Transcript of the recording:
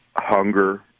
hunger